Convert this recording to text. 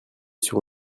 sur